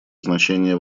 значение